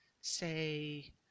say